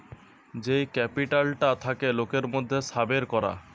যেই ক্যাপিটালটা থাকে লোকের মধ্যে সাবের করা